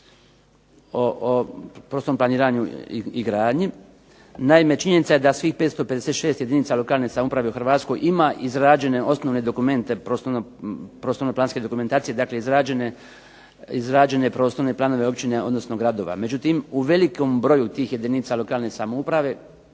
o prostom planiranju i gradnji. Naime činjenica je da svih 556 jedinica lokalne samouprave u Hrvatskoj ima izrađene osnovne dokumente prostorno-planske dokumentacije, dakle izrađene prostorne planove općine, odnosno gradova, međutim u velikom broju tih jedinica lokalne samouprave